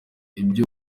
ibyo